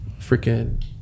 freaking